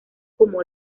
como